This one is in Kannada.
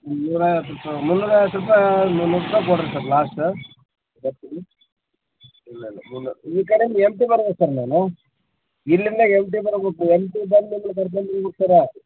ಮುನ್ನೂರೈವತ್ತು ರೂಪಾಯಿ ಮುನ್ನೂರೈವತ್ತು ರೂಪಾಯಿ ಮುನ್ನೂರು ರೂಪಾಯಿ ಕೊಡ್ರಿ ಸರ್ ಲಾಸ್ಟ ಬರ್ತೀನಿ ಇಲ್ಲ ಇಲ್ಲ ಮುನ್ನೂರು ಈ ಕಡೆಯಿಂದ ಎಮ್ಟಿ ಬರ್ಬೇಕು ಸರ್ ನಾನು ಇಲ್ಲಿಂದ ಎಮ್ಟಿ ಬರಬೇಕು ಎಮ್ಟಿ ಬಂದು ಅಲ್ಲಿ ಸರ್ಕಲ್ ನಿಲ್ಬೇಕು ಸರ